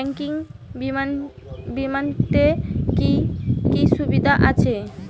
Banking বিমাতে কি কি সুবিধা আছে?